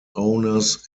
owners